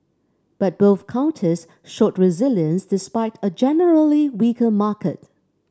but both counters showed resilience despite a generally weaker market